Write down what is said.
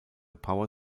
power